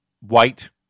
White